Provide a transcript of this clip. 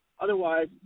Otherwise